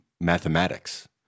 mathematics